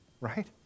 right